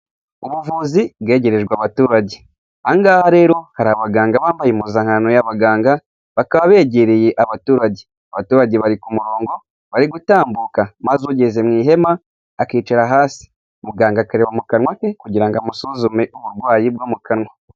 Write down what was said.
Ubuvuzi bwegerejwe abaturage. Angahe rero hari abaganga bambaye impuzankano y'abaganga bakaba begereye abaturage abaturage bari ku murongo bari gutambuka maze ugeze mu ihema akicara hasi muganga akareba mu kanwa ke kugira ngo amusuzume uburwayi bwo mu kanwa.